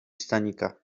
stanika